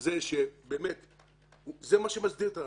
זה מה שמסדיר את הענף.